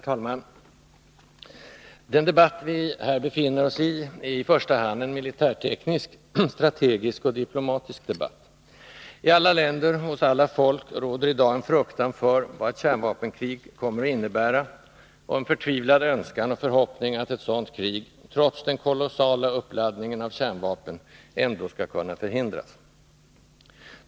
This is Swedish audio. Herr talman! Den debatt vi här befinner oss i är i första hand en militärteknisk, strategisk och diplomatisk debatt. I alla länder, hos alla folk, råder i dag en fruktan för vad ett kärnvapenkrig kommer att innebära och en förtvivlad önskan och förhoppning att ett sådant krig, trots den kolossala uppladdningen av kärnvapen, ändock skall kunna förhindras.